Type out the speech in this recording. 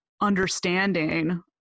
understanding